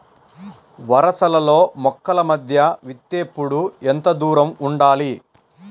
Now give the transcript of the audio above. వరసలలో మొక్కల మధ్య విత్తేప్పుడు ఎంతదూరం ఉండాలి?